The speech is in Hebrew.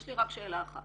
יש לי רק שאלה אחת